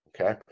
Okay